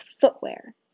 footwear